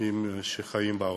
שחיים בעוני.